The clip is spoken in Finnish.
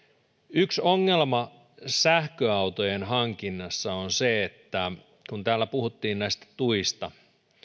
yksi ongelma sähköautojen hankinnassa on se että kun täällä puhuttiin näistä tuista